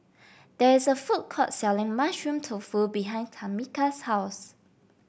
there is a food court selling Mushroom Tofu behind Tamika's house